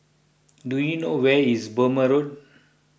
do you know where is Burmah Road